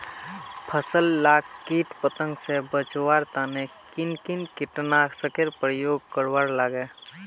फसल लाक किट पतंग से बचवार तने किन किन कीटनाशकेर उपयोग करवार लगे?